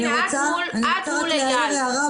הנה את מול אייל,